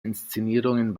inszenierungen